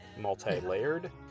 multi-layered